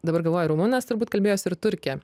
dabar galvoju rumunas turbūt kalbėjos ir turkė